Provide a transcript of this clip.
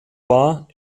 war